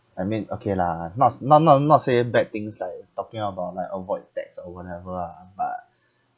I mean okay lah not not not not say bad things like talking about like avoid tax or whatever ah but